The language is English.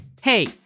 Hey